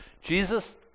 Jesus